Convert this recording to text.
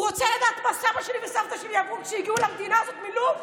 הוא רוצה לדעת מה סבא שלי וסבתא שלי עברו כשהגיעו למדינה הזאת מלוב?